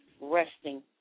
resting